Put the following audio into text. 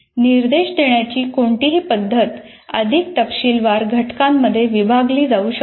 निर्देश देण्याची कोणतीही पद्धत अधिक तपशीलवार घटकांमध्ये विभागली जाऊ शकते